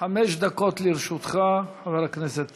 חמש דקות לרשותך, חבר הכנסת